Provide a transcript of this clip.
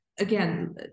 Again